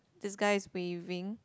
this guy is waving